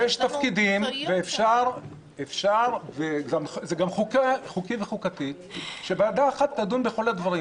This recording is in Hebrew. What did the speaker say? יש תפקידים ואפשר וזה גם חוקי והחוקתי שוועדה אחת תדון בכל הדברים